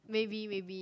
maybe maybe